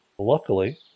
Luckily